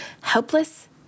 helpless